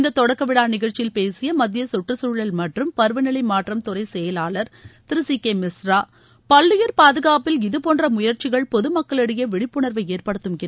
இந்த தொடக்கவிழா நிகழ்ச்சியில் பேசிய மத்திய சுற்றுச்சூழல் மற்றும் பருவநிலை மாற்றம் துறை செயலாளர் திரு சி கே மிஸ்ரா பல்லுாயிர் பாதுகாட்டில் இதபோன்ற முயற்சிகள் பொது மக்களிடையே விழிப்புணர்வை ஏற்படுத்தும் என்று கூறினார்